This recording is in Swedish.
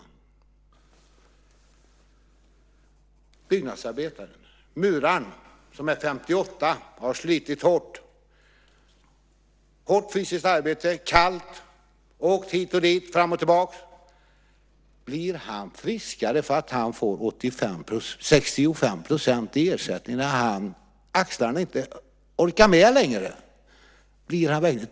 Det gäller byggnadsarbetaren, muraren, som är 58 år och som har slitit hårt, haft hårt fysiskt arbete. Det har varit kallt. Han har åkt hit och dit, fram och tillbaka. Blir han friskare för att han får 65 % ersättning när axlarna inte längre orkar med?